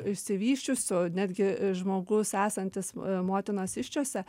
išsivysčiusių netgi žmogus esantis motinos įsčiose